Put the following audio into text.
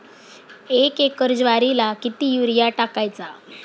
एक एकर ज्वारीला किती युरिया टाकायचा?